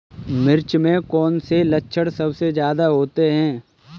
मिर्च में कौन से लक्षण सबसे ज्यादा होते हैं?